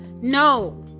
No